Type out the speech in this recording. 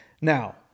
Now